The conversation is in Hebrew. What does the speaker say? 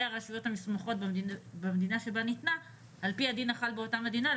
הרשויות המוסמכות במדינה שבה ניתנה על פי הדין החל באותה מדינה.